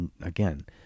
again